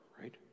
right